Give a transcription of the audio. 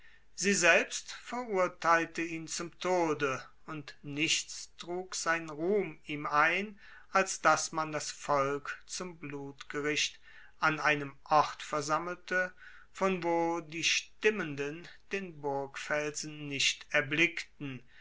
sie selbst verurteilte ihn zum tode und nichts trug sein ruhm ihm ein als dass man das volk zum blutgericht an einem ort versammelte von wo die stimmenden den burgfelsen nicht erblickten